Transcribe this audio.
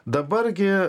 dabar gi